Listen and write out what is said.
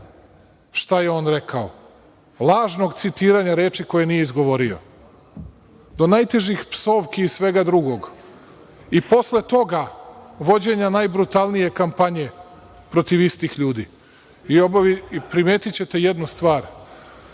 šta je on rekao, lažnog citiranja reči koje nije izgovorio, do najtežih psovki i svega drugog i posle toga vođenja najbrutalnije kampanje protiv istih ljudi. Primetićete jednu stvar,